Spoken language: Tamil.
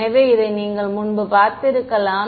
எனவே இதை நீங்கள் முன்பு பார்த்திருக்கலாம்